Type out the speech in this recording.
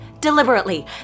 Deliberately